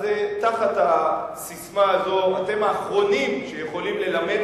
אז תחת הססמה הזו אתם האחרונים שיכולים ללמד